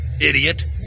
Idiot